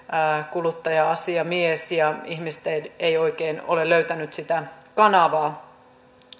kuluttaja asiamies ja ihmiset eivät oikein ole löytäneet sitä kanavaa